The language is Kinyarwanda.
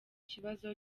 ikibazo